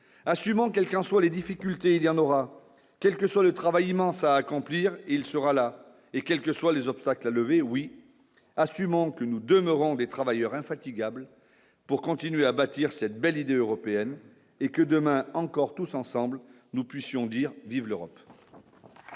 assumant quelles qu'en soient les difficultés, il y en aura, quel que soit le travail immense à accomplir, il sera là et quelles que soient les obstacles à lever oui, assumant que nous demeurons des travailleurs infatigables pour continuer à bâtir cette belle idée européenne et que demain encore tous ensemble, nous puissions dire vive l'Euro.